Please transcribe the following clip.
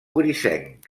grisenc